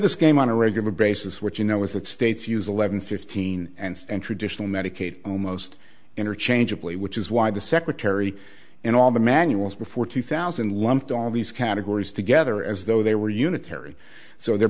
this game on a regular basis what you know is that states use eleven fifteen and traditional medicaid almost interchangeably which is why the secretary in all the manuals before two thousand lumped all these categories together as though they were unitary so they're